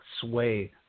sway